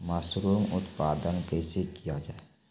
Mushroom उत्पादन कैसे किया जाय?